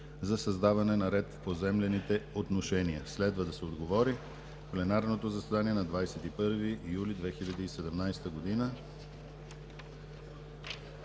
за създаване на ред в поземлените отношения. Следва да се отговори в пленарното заседание на 21 юли 2017 г.